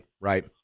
right